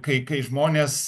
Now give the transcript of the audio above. kai kai žmonės